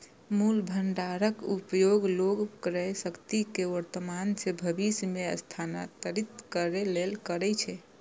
मूल्य भंडारक उपयोग लोग क्रयशक्ति कें वर्तमान सं भविष्य मे स्थानांतरित करै लेल करै छै